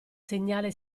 segnale